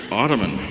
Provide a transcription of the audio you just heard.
ottoman